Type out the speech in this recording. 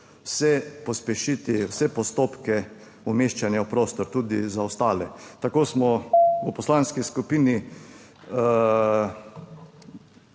vse pospešiti, vse postopke umeščanja v prostor, tudi za ostale. Tako smo v Poslanski skupini